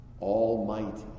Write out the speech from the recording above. almighty